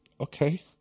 okay